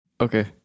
Okay